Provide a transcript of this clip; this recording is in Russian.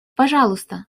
пожалуйста